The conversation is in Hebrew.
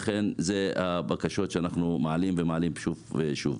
לכן, אלה הבקשות שאנחנו מעלים שוב ושוב.